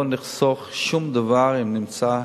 לא נחסוך שום דבר אם נמצא,